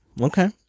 Okay